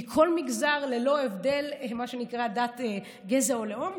מכל מגזר, ללא הבדלי דת, גזע ולאום.